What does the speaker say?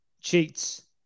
cheats